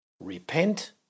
Repent